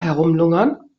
herumlungern